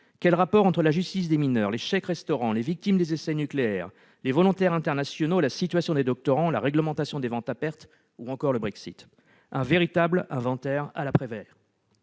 Quel rapport entre la justice des mineurs, les chèques-restaurant, les victimes des essais nucléaires, les volontaires internationaux, la situation des doctorants, la réglementation des ventes à perte ou encore le Brexit ? Un véritable inventaire à la Prévert